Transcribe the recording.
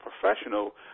professional